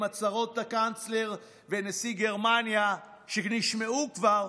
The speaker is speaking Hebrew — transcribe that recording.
עם הצהרות הקנצלר ונשיא גרמניה שנשמעו כבר,